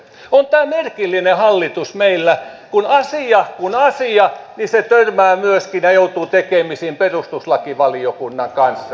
on meillä merkillinen hallitus kun asia kuin asia törmää ja joutuu tekemisiin myöskin perustuslakivaliokunnan kanssa